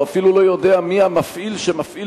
הוא אפילו לא יודע מי המפעיל שמפעיל